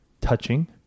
touching